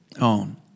own